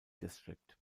district